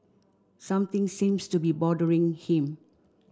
something seems to be bothering him